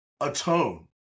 atone